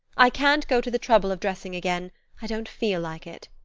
i can't go to the trouble of dressing again i don't feel like it.